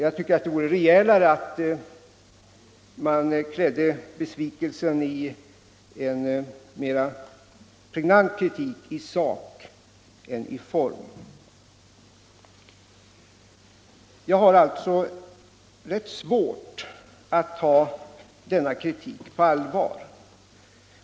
Jag tycker att det vore rejälare att man gav uttryck för besvikelsen i en mer pregnant kritik i sak än beträffande form. Jag har alltså rätt svårt att ta denna kritik på allvar.